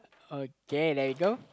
okay let go